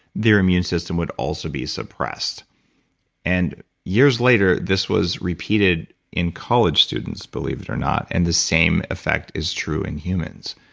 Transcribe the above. their immune system would also be suppressed and years later this was repeated in college students, believe it or not, and the same effect is true in humans.